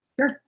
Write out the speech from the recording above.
sure